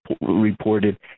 reported